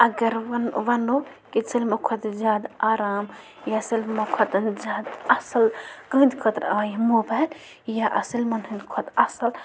اَگر وَنو کہِ سٲلمو کھۄتہٕ زیادٕ آرام یا سٲلمو کھۄتَن زیادٕ اَصٕل کٕہٕنٛدِ خٲطرٕ آے یِم موبایِل یا سٲلمَن ہٕنٛدۍ کھۄتہٕ اَصٕل